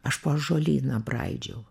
aš po ąžuolyną braižiau